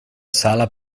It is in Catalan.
sala